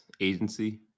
Agency